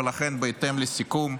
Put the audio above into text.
ולכן בהתאם לסיכום,